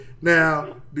Now